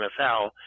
NFL